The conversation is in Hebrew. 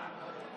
ההודעה?